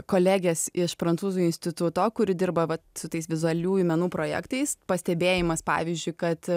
kolegės iš prancūzų instituto kuri dirba vat su tais vizualiųjų menų projektais pastebėjimas pavyzdžiui kad